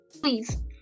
please